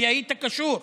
כי היית קשור,